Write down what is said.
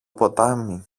ποτάμι